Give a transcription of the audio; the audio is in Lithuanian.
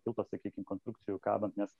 tilto sakykim konstrukcijų kabant nes